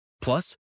Plus